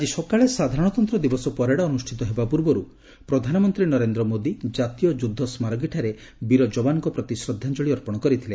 ଆଜି ସକାଳେ ସାଧାରଣତନ୍ତ୍ର ଦିବସ ପ୍ୟାରେଡ୍ ଅନୁଷ୍ଠିତ ହେବା ପୂର୍ବରୁ ପ୍ରଧାନମନ୍ତ୍ରୀ ନରେନ୍ଦ୍ର ମୋଦି ଜାତୀୟ ଯୁଦ୍ଧସ୍କାରକୀଠାରେ ବୀର ଯବାନ୍ଙ୍କ ପ୍ରତି ଶ୍ରଦ୍ଧାଞ୍ଜଳି ଅର୍ପଣ କରିଥିଲେ